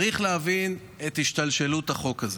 צריך להבין את השתלשלות החוק הזה.